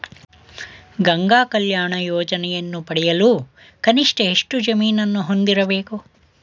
ಗಂಗಾ ಕಲ್ಯಾಣ ಯೋಜನೆಯನ್ನು ಪಡೆಯಲು ಕನಿಷ್ಠ ಎಷ್ಟು ಜಮೀನನ್ನು ಹೊಂದಿರಬೇಕು?